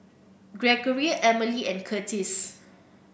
Gregoria Emely and Curtis